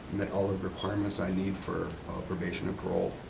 met all the requirements i need for probation and parole,